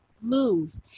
move